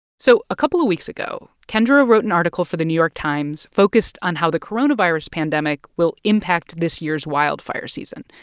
so a couple of weeks ago, kendra wrote an article for the new york times focused on how the coronavirus pandemic will impact this year's wildfire season,